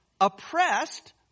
oppressed